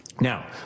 Now